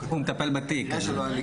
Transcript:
הוא מטפל בתיק הזה.